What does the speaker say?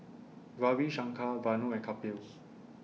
Ravi Shankar Vanu and Kapil